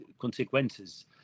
consequences